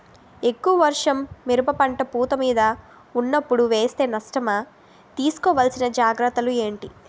ఎక్కువ వర్షం మిరప పంట పూత మీద వున్నపుడు వేస్తే నష్టమా? తీస్కో వలసిన జాగ్రత్తలు ఏంటి?